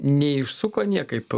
neišsuko niekaip